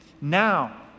Now